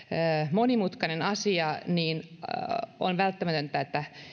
monimutkainen asia on välttämätöntä että